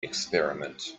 experiment